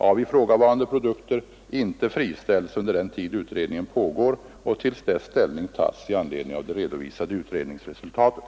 av ifrågavarande produkter inte friställs under den tid utredningen pågår och till dess ställning tas i anledning av det redovisade utredningsresultatet.